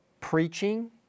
preaching